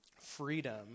freedom